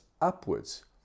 upwards